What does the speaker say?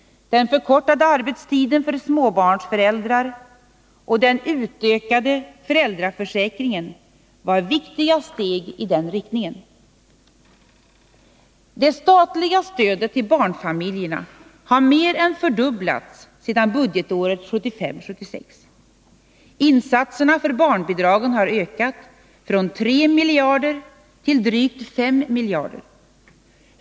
föräldraförsäkringen var viktiga steg i den riktningen. Det statliga stödet till barnfamiljerna har mer än fördubblats sedan budgetåret 1975/76. Insatserna för barnbidragen har ökat från 3 miljarder till drygt 5 miljarder.